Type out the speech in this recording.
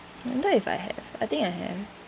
wonder if I have I think I have